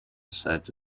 set